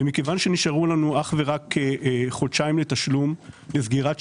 מכיוון שנשארו לנו אך ורק חודשיים לתשלום לסגירת שנה,